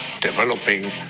developing